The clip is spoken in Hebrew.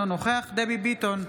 אינו נוכח דבי ביטון,